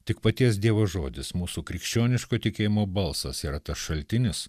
tik paties dievo žodis mūsų krikščioniško tikėjimo balsas yra tas šaltinis